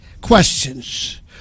questions